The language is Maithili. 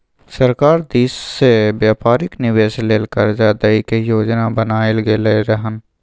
सरकार दिश से व्यापारिक निवेश लेल कर्जा दइ के योजना बनाएल गेलइ हन